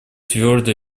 твердо